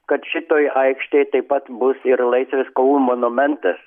kad šitoj aikštėj taip pat bus ir laisvės kovų monumentas